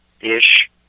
ish